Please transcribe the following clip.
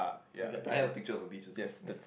okay I have a picture of a beach also ya